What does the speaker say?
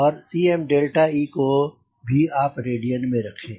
और Cme को भी आप रेडियन में रखें